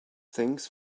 thanks